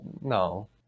no